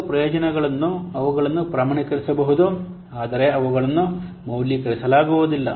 ಕೆಲವು ಪ್ರಯೋಜನಗಳನ್ನು ಅವುಗಳನ್ನು ಪ್ರಮಾಣೀಕರಿಸಬಹುದು ಆದರೆ ಅವುಗಳನ್ನು ಮೌಲ್ಯೀಕರಿಸಲಾಗುವುದಿಲ್ಲ